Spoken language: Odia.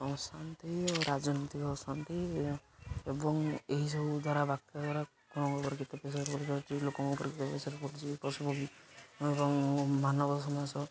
ଅଶାନ୍ତି ଓ ରାଜନୀତିକ ଅଶାନ୍ତି ଏବଂ ଏହିସବୁ ଦ୍ୱାରା ଦ୍ୱାରା କଣଙ୍କ ଉପରେ କେତେ ପ୍ରସର୍ ପଡ଼ିଯାଉଛି ଲୋକଙ୍କ ଉପରେ କେତେ ପ୍ରେସର୍ ପଡୁଛି ପଶୁପକ୍ଷୀ ଏବଂ ମାନବ ସମାଜ